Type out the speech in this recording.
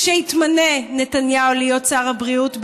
כשיתמנה נתניהו להיות שר הבריאות,